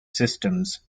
systems